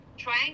trying